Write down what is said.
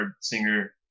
singer